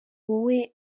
wowe